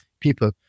people